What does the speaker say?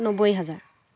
নব্বৈ হাজাৰ